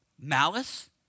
malice